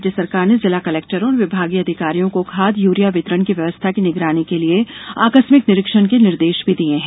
राज्य सरकार ने जिला कलेक्टरों और विभागीय अधिकारियों को खाद यूरिया वितरण की व्यवस्था की निगरानी के लिए आकस्मिक निरीक्षण के निर्देश भी दिये हैं